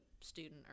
student